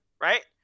Right